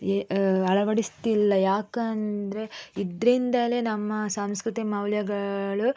ಈ ಅಳವಡಿಸ್ತಿಲ್ಲ ಯಾಕೆಂದ್ರೆ ಇದರಿಂದಲೇ ನಮ್ಮ ಸಾಂಸ್ಕೃತಿಕ ಮೌಲ್ಯಗಳು